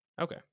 Okay